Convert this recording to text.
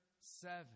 seven